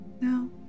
no